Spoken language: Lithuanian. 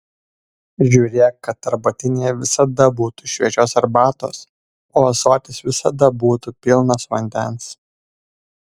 žiūrėk kad arbatinyje visada būtų šviežios arbatos o ąsotis visada būtų pilnas vandens